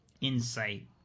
insight